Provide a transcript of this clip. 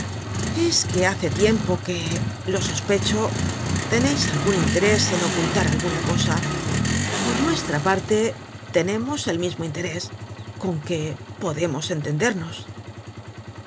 es que hace tiempo que lo sospecho teneis algun interés en ocultar alguna cosa por nuestra parte tenemos el mismo interés con que podemos entendernos